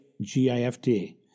G-I-F-T